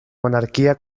monarquia